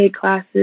classes